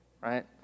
right